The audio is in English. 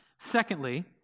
secondly